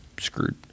screwed